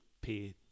pay